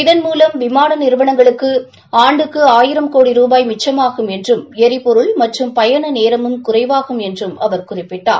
இதன் மூலம் விமான நிறுவனங்களுக்கு ஆண்டுக்கு ஆயிரம் கோடி ரூபாய் மிச்சமாகும் எரிபொருள் மற்றும் பயண நேரமும் குறைவாகும் என்றும் அவர் குறிப்பிட்டார்